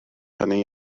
hynny